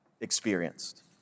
experienced